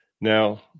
Now